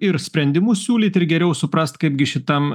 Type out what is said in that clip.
ir sprendimus siūlyt ir geriau suprast kaipgi šitam